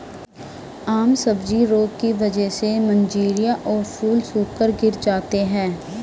आम सब्जी रोग की वजह से मंजरियां और फूल सूखकर गिर जाते हैं